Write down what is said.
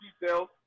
details